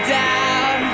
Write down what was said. down